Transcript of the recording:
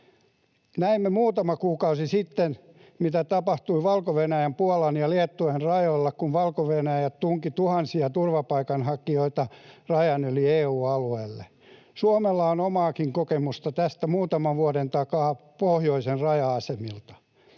Näimme muutama kuukausi sitten, mitä tapahtui Valko-Venäjän, Puolan ja Liettuan rajoilla, kun Valko-Venäjä tunki tuhansia turvapaikanhakijoita rajan yli EU-alueelle. Suomella on omaakin kokemusta tästä muutaman vuoden takaa pohjoisen raja-asemilta.